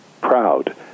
proud